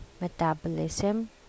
metabolism